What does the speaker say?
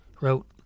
wrote